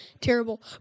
terrible